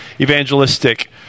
evangelistic